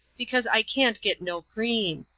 because i can't get no cream.